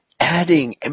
adding